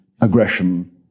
aggression